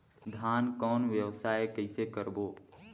धान कौन व्यवसाय कइसे करबो?